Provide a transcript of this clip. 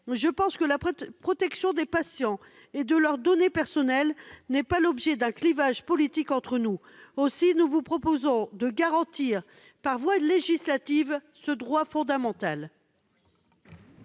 collègues, la protection des patients et de leurs données personnelles ne fait pas l'objet d'un clivage politique entre nous. Aussi vous proposons-nous de garantir par voie législative ce droit fondamental.